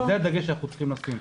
זה הדגש שאנחנו צריכים לשים.